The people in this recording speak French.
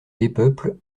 dépeuple